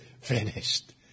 finished